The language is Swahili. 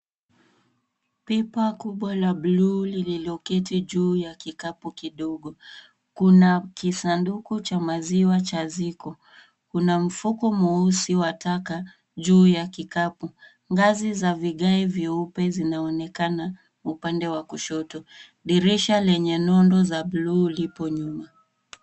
Pipa kubwa la bluu lililoketi juu ya kikapu kidogo. Kuna kisanduku cha maziwa cha Ziko . Kuna mfuko mweusi wa taka juu ya kikapu. Ngazi za vigae vyeupe zinaonekana upande wa kushoto. Dirisha lenye nundu za bluu lipo nyuma.